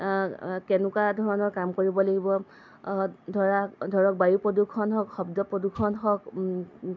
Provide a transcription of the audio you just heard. কেনেকুৱা ধৰণৰ কাম কৰিব লাগিব ধৰা ধৰক বায়ু প্ৰদূষণ হওক শব্দ প্ৰদূষণ হওক